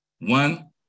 One